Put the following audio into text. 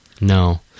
No